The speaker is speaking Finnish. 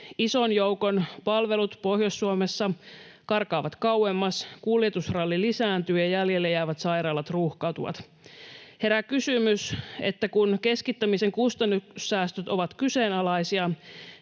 Ison joukon palvelut Pohjois-Suomessa karkaavat kauemmas, kuljetusralli lisääntyy, ja jäljelle jäävät sairaalat ruuhkautuvat. Herää kysymys, että kun keskittämisen kustannussäästöt ovat kyseenalaisia,